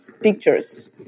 pictures